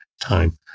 time